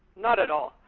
not at all.